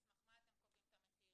על סמך מה אתם קובעים את המחיר,